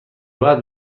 بعد